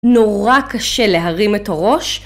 נורא קשה להרים את הראש